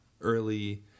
Early